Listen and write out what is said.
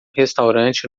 restaurante